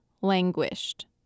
languished